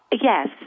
Yes